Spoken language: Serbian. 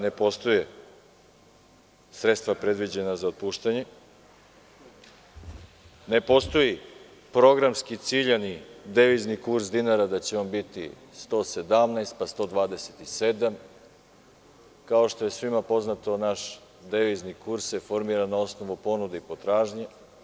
Ne postoje sredstva predviđena za otpuštanje, ne postoji programski ciljani devizni kurs dinara, da će on biti 117, pa 127, kao što je svima poznato naš devizni kurs se formira na osnovu ponude i potražnje.